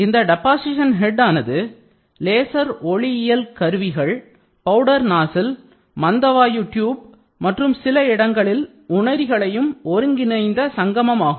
இந்த டெபாசிஷன் ஹெட்டானது லேசர் ஒளியியல் கருவிகள் பவுடர் நாசில் மத்தவாயு டியூப் மற்றும் சில இடங்களில் உணரிகளையும் ஒருங்கிணைந்த சங்கமமாகும்